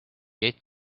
get